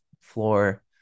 Floor